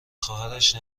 خواهرش